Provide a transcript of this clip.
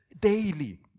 daily